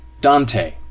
Dante